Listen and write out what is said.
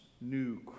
new